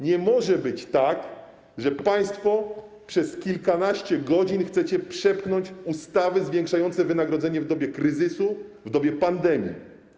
Nie może być tak, że państwo w kilkanaście godzin chcecie przepchnąć ustawę zwiększającą wynagrodzenie w dobie kryzysu, w dobie pandemii.